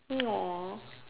no